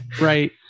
Right